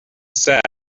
sad